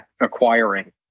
acquiring